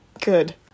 Good